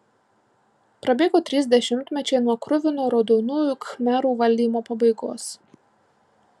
prabėgo trys dešimtmečiai nuo kruvino raudonųjų khmerų valdymo pabaigos